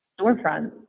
storefronts